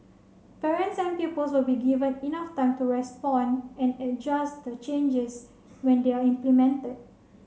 parents and pupils will be given enough time to respond and adjust to changes when they are implemented